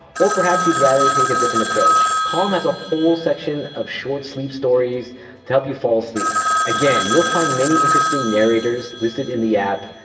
or perhaps you'd rather take a different approach? calm has a whole section of short sleep stories to help you fall asleep. again, you'll find many interesting narrators listed in the app.